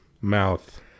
Mouth